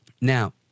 Now